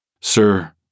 Sir